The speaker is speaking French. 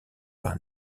par